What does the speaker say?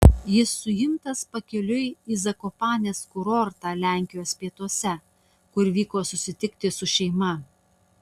jis suimtas pakeliui į zakopanės kurortą lenkijos pietuose kur vyko susitikti su šeima